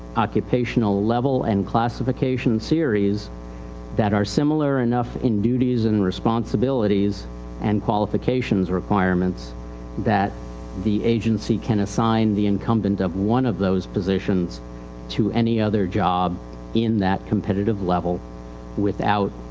occupational level and classification series that are similar enough in duties and responsibilities and qualifications requirements that the agency can assign the incumbent of one of those positions to any other job in that competitive level without,